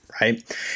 right